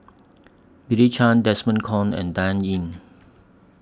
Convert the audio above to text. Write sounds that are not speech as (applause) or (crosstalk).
(unintelligible) Chen Desmond Kon and Dan Ying